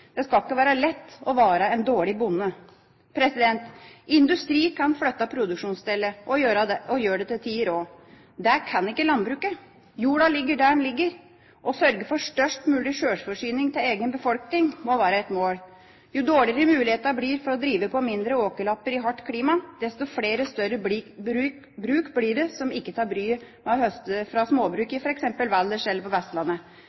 Det skal ikke være lett å være en dårlig bonde. Industri kan flytte produksjonssted, og gjør det til tider også. Det kan ikke landbruket. Jorden ligger der den ligger. Å sørge for størst mulig sjølforsyning til egen befolkning må være et mål. Jo dårligere mulighetene blir for å drive på mindre åkerlapper i hardt klima, desto flere større bruk blir det som ikke tar bryet med å høste fra småbruk i f.eks. Valdres eller på Vestlandet.